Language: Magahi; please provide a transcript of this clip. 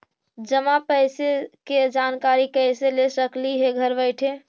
जमा पैसे के जानकारी कैसे ले सकली हे घर बैठे?